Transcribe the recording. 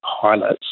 pilots